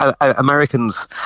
Americans